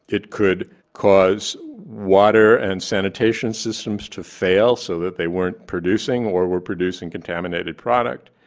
it could cause water and sanitation systems to fail so that they weren't producing or were producing contaminated product.